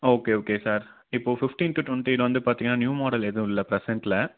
okay okay sir இப்போது fifteen to ட்வெண்ட்டியில் வந்து பார்த்தீங்கன்னா நியூ மாடல் எதுவும் இல்லை ப்ரசண்ட்டில்